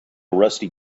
rusty